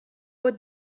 would